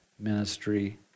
Ministry